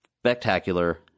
spectacular